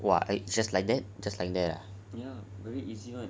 !wah! I just like that just like that ah